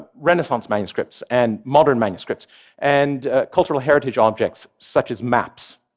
renaissance manuscripts and modern manuscripts and cultural heritage objects such as maps.